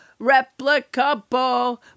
replicable